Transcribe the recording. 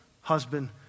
husband